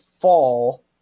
fall